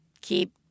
keep